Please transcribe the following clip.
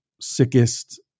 sickest